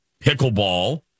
pickleball